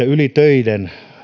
ylitöitä